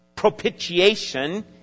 propitiation